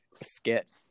skit